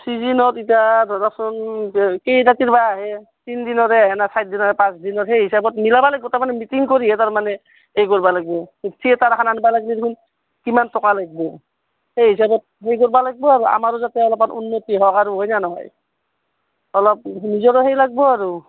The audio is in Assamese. ছিজনত এতিয়া ধৰকচোন কেই ৰাতিৰ বা আহে তিনিদিনৰে আহে না চাৰিদিনৰে পাঁচদিনৰ সেই হিচাপত মিলাব লাগিব তাৰমানে মিটিং কৰি হে তাৰমানে সেই কৰিব লাগিব থিয়েটাৰ এখন আনিব লাগিলে দেখোন কিমান টকা লাগিব সেই হিচাপত সেই কৰিব লাগিব আৰু আমাৰো যাতে অলপমান উন্নতি হওক আৰু হয় নে নহয় অলপ নিজৰো সেই লাগিব আৰু